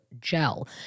gel